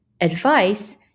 advice